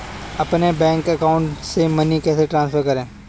अपने bank account से money कैसे ट्रांसफर करें?